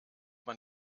man